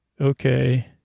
okay